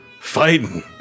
fighting